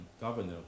governor